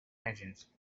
engines